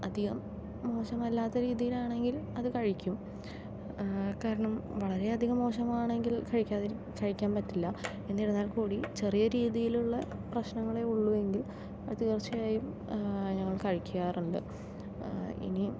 അധികം മോശമല്ലാത്ത രീതിയിലാണെങ്കിൽ അത് കഴിക്കും കാരണം വളരെ അധികം മോശമാണെങ്കിൽ കഴിക്കാൻ പറ്റില്ല എന്നിരുന്നാൽക്കൂടി ചെറിയ രീതിയിലുള്ള പ്രശ്നങ്ങളെ ഉള്ളു എങ്കിൽ അത് തീർച്ചയായും ഞങ്ങൾ കഴിക്കാറുണ്ട് ഇനി